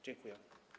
Dziękuję.